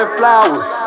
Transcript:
flowers